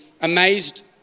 amazed